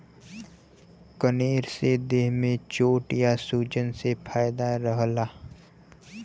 कनेर से देह में चोट या सूजन से फायदा रहला